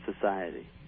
society